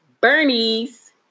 Bernie's